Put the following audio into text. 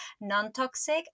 non-toxic